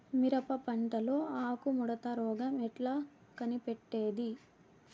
మిరప పంటలో ఆకు ముడత రోగం ఎట్లా కనిపెట్టేది?